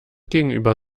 gegenüber